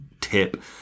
tip